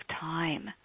time